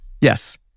yes